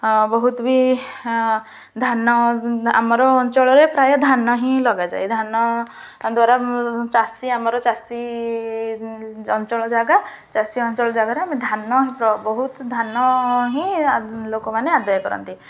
ବହୁତ ବି ଧାନ ଆମର ଅଞ୍ଚଳରେ ପ୍ରାୟ ଧାନ ହିଁ ଲଗାଯାଏ ଧାନ ଦ୍ୱାରା ଚାଷୀ ଆମର ଚାଷୀ ଅଞ୍ଚଳ ଜାଗା ଚାଷୀ ଅଞ୍ଚଳ ଜାଗାରେ ଆମେ ଧାନ ହିଁ ବହୁତ ଧାନ ହିଁ ଲୋକମାନେ ଆଦାୟ କରନ୍ତି